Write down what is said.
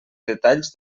detalls